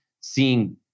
seeing